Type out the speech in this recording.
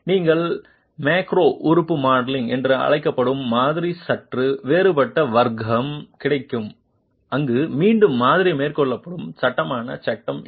நீங்கள் மேக்ரோ உறுப்பு மாடலிங் என்று அழைக்கப்படும் மாதிரி சற்று வேறுபட்ட வர்க்கம் கிடைக்கும் அங்கு மீண்டும் மாதிரி மேற்கொள்ளப்படும் சமமான சட்ட என்று